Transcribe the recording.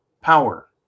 power